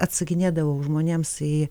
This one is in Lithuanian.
atsakinėdavau žmonėms į